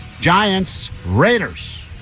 Giants-Raiders